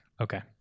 Okay